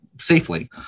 safely